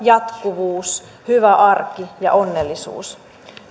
jatkuvuus hyvä arki ja onnellisuus